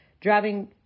driving